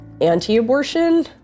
anti-abortion